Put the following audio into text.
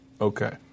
okay